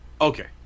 Okay